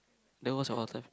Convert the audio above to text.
then what's your all time